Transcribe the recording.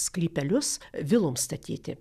sklypelius viloms statyti